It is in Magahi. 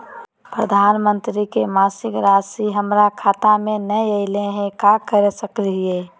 प्रधानमंत्री योजना के मासिक रासि हमरा खाता में नई आइलई हई, का कर सकली हई?